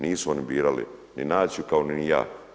Nisu oni birali ni naciju kao ni ja.